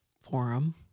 forum